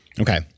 Okay